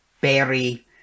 berry